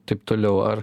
taip toliau ar